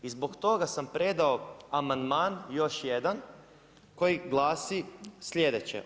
I zbog toga sam predao amandman još jedan koji glasi sljedeće.